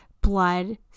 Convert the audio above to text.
blood